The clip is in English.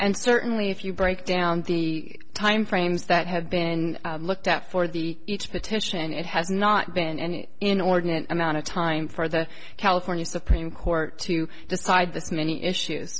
and certainly if you break down the time frames that have been looked at for the each petition it has not been and in ordinary amount of time for the california supreme court to decide this many issues